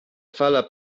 fala